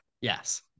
yes